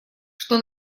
что